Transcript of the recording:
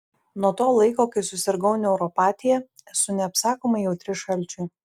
nuo to laiko kai susirgau neuropatija esu neapsakomai jautri šalčiui